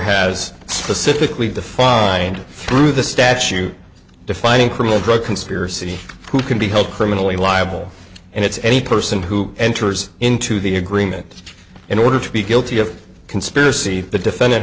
has specifically defined through the statute defining criminal drug conspiracy who can be held criminally liable and its any person who enters into the agreement in order to be guilty of conspiracy the defendant